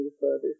further